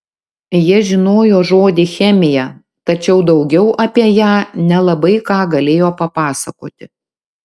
jis žinojo žodį chemija tačiau daugiau apie ją nelabai ką galėjo papasakoti